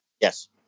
Yes